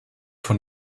von